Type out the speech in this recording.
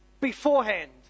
beforehand